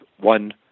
one